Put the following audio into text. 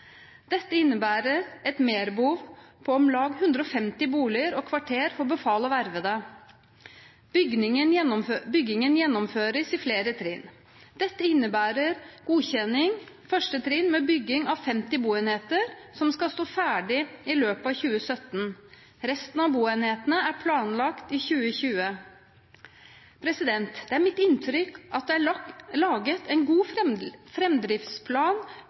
Dette innebærer et merbehov på om lag 150 boliger og kvarter for befal og vervede. Byggingen gjennomføres i flere trinn. Dette innebærer godkjenning av 1. trinn med bygging av 50 boenheter som skal stå ferdig i løpet av 2017. Resten av boenhetene er planlagt i 2020. Det er mitt inntrykk at det er laget en god fremdriftsplan